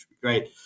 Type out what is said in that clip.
great